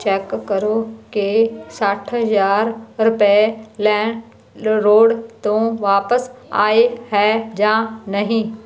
check ਕਰੋ ਕਿ ਸੱਠ ਹਜ਼ਾਰ ਰੁਪਏ ਲਾਈਮ ਰੋਡ ਤੋਂ ਵਾਪਸ ਆਏ ਹੈ ਜਾਂ ਨਹੀਂ